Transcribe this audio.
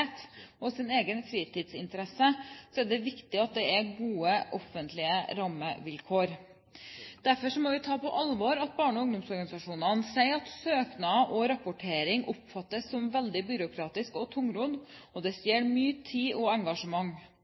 og egen fritidsinteresse, er det viktig at det er gode offentlige rammevilkår. Derfor må vi ta på alvor at barne- og ungdomsorganisasjonene sier at søknader og rapportering oppfattes som veldig byråkratisk og tungrodd, og det stjeler mye tid og engasjement.